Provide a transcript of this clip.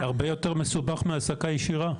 זה הרבה יותר מסובך מהעסקה ישירה.